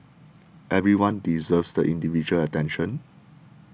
everyone deserves the individual attention